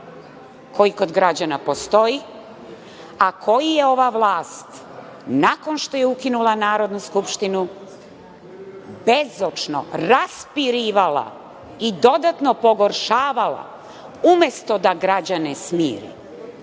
koji kod građana postoji, a koji je ova vlast, nakon što je ukinula Narodnu skupštinu bezočno raspirivala i dodatno pogoršavala umesto da građane smiri,